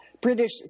British